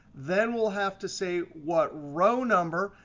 then we'll have to say what row number.